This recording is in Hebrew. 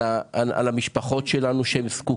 על המשפחות שלנו.